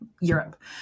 Europe